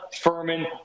Furman